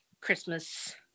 Christmas